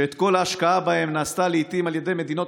שלעיתים כל ההשקעה בהם נעשתה על ידי מדינות